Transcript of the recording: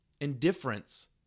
Indifference